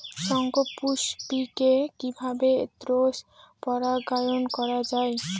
শঙ্খপুষ্পী কে কিভাবে ক্রস পরাগায়ন করা যায়?